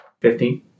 Fifteen